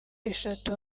eshatu